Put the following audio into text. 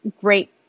great